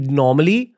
normally